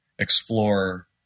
explore